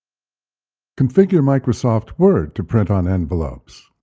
configure microsoft word to print on envelopes.